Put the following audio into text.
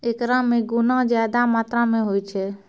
एकरा मे गुना ज्यादा मात्रा मे होय छै